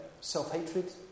Self-hatred